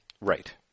Right